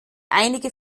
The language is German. einige